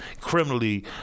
criminally